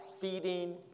Feeding